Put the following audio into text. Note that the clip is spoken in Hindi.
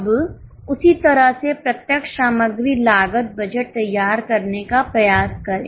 अब उसी तरह से प्रत्यक्ष सामग्री लागत बजट तैयार करने का प्रयास करें